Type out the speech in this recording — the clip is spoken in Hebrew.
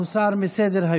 התשפ"ב 2022, הוסרה מסדר-היום.